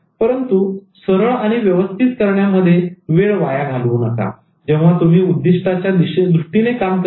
परंतु सरळ आणि व्यवस्थित करण्यामध्ये वेळ वाया घालवू नका जेव्हा तुम्ही उद्दिष्टाच्या दृष्टीने काम करत असता